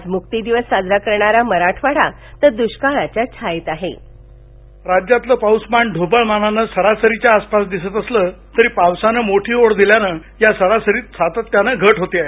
आज मुक्तीदिवस साजरा करणारा मराठवाडा तर दुष्काळाच्या छायेत आहे राज्यातलं पाऊसमान ढोबळमानानं सरासरीच्या आसपास दिसत असलं तरी पावसानं मोठी ओढ दिल्यानं या सरासरीत सातत्यानं घट होत आहे